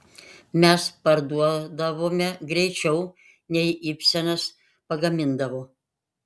mes parduodavome greičiau nei ibsenas pagamindavo